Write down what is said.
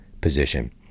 position